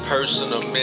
Personal